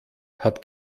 hat